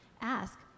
ask